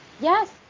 Yes